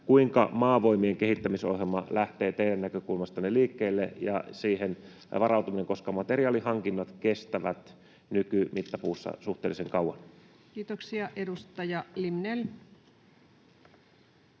kuinka Maavoimien kehittämisohjelma ja siihen varautuminen lähtee teidän näkökulmastanne liikkeelle, koska materiaalihankinnat kestävät nykymittapuussa suhteellisen kauan? Kiitoksia. — Edustaja Limnell.